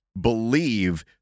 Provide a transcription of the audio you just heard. believe